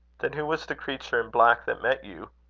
then who was the creature in black that met you?